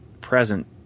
present